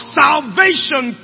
salvation